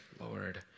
Lord